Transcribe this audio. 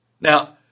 Now